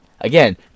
Again